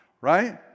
right